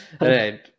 Right